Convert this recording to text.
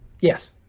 Yes